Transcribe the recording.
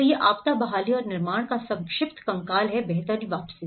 तो यह आपदा बहाली और निर्माण का संक्षिप्त कंकाल है बेहतर वापस